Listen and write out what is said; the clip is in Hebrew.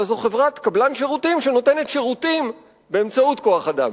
אלא זו חברת קבלן שירותים שנותנת שירותים באמצעות כוח-אדם.